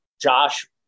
Josh